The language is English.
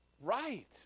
Right